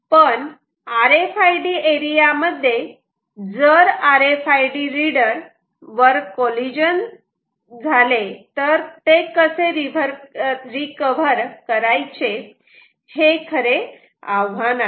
पण R F I D area मध्ये जर R F I D reader वर जर कॉलिजन झाले तर ते कसे रिकव्हर करायचे हे खरे आव्हान आहे